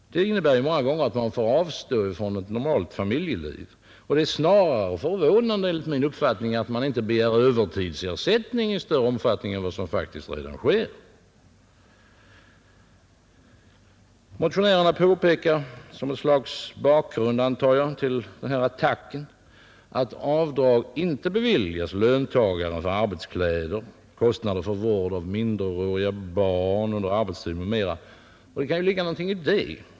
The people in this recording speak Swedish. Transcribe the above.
Det innebär ju många gånger att man får avstå från ett normalt familjeliv, och det är enligt min uppfattning snarare förvånande att man inte begär övertidsersättning i större omfattning än vad som faktiskt redan sker. Motionärerna påpekar som ett slags bakgrund, antar jag, till den här attacken, att avdrag inte beviljas löntagare för arbetskläder, kostnader för vård av minderåriga barn under arbetstid m.m., och det kan ju ligga någonting i det.